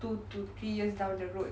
two to three years down the road